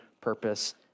purpose